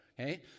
Okay